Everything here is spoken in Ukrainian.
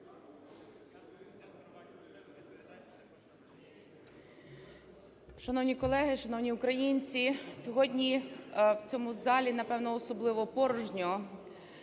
Шановні колеги, шановні українці! Сьогодні в цьому залі, напевно, особливо порожньо